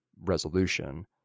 resolution